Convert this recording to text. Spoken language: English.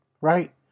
right